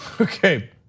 Okay